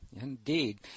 indeed